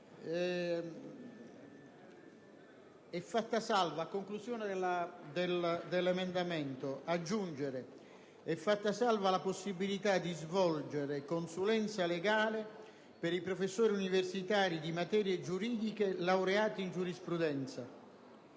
fine, la seguente formulazione: «È fatta salva la possibilità di svolgere consulenza legale per i professori universitari di materie giuridiche laureati in giurisprudenza».